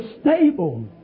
stable